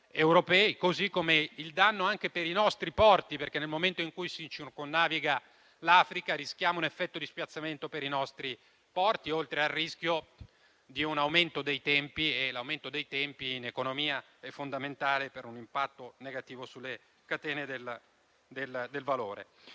europei; così come il danno anche per i nostri porti, perché, nel momento in cui si circumnaviga l'Africa, rischiamo un effetto di spiazzamento per i nostri porti oltre al rischio di un aumento dei tempi. E l'aumento dei tempi in economia è fondamentale per un impatto negativo sulle catene del valore.